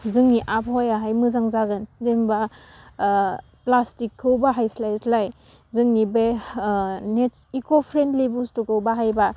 जोंनि आबहावायाहाय मोजां जागोन जेनबा प्लास्टिकखौ बाहाय स्लाय स्लाय जोंनि बे नेक्स इक' फ्रेन्डलि बस्थुखौ बाहायबा